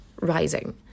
Rising